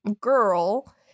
girl